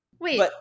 Wait